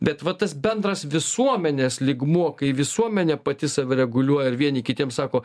bet va tas bendras visuomenės lygmuo kai visuomenė pati save reguliuoja ir vieni kitiems sako